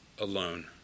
alone